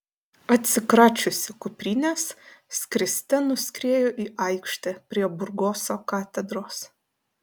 atsikračiusi kuprinės skriste nuskrieju į aikštę prie burgoso katedros